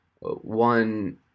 One